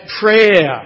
prayer